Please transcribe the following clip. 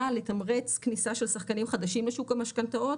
לתמרץ כניסה של שחקנים חדשים לשוק המשכנתאות,